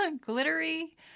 glittery